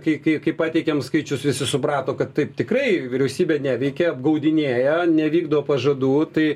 kai kai pateikėm skaičius visi suprato kad taip tikrai vyriausybė neveikia apgaudinėja nevykdo pažadų tai